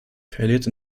verliert